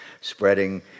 spreading